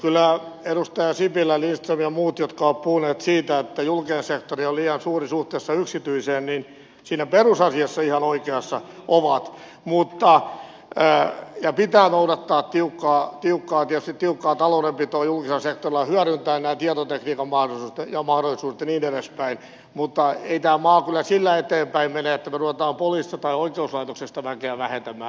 kyllä edustajat sipilä lindström ja muut jotka ovat puhuneet siitä että julkinen sektori on liian suuri suhteessa yksityiseen siinä perusasiassa ihan oikeassa ovat ja pitää noudattaa tietysti tiukkaa taloudenpitoa julkisella sektorilla hyödyntää nämä tietotekniikan mahdollisuudet ja niin edespäin mutta ei tämä maa kyllä sillä eteenpäin mene että me rupeamme poliisista tai oikeuslaitoksesta väkeä vähentämään